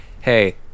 hey